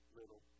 little